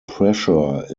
pressure